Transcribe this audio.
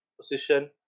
position